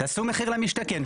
תעשו מחיר למשתכן.